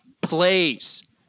plays